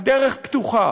הדרך פתוחה.